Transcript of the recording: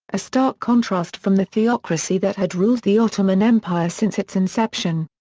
a stark contrast from the theocracy that had ruled the ottoman empire since its inception.